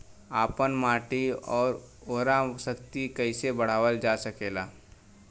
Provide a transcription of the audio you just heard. आपन माटी क उर्वरा शक्ति कइसे बढ़ावल जा सकेला?